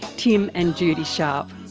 tim and judy sharp.